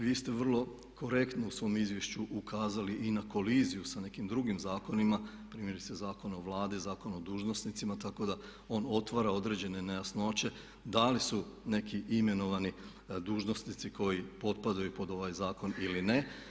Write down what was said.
Vi ste vrlo korektno u svom izvješću ukazali i na koliziju sa nekim drugim zakonima, primjerice Zakon o Vladi, Zakon o dužnosnicima, tako da on otvara određene nejasnoće da li su neki imenovani dužnosnici koji potpadaju pod ovaj zakon ili ne.